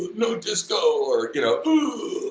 no disco! or, you know, oooh,